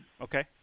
Okay